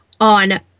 on